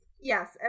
Yes